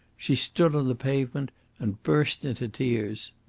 she stood on the pavement and burst into tears.